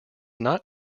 not